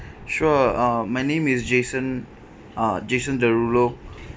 sure uh my name is jason uh jason derulo